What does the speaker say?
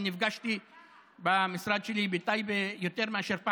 אני נפגשתי במשרד שלי בטייבה יותר מפעם